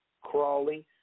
Crawling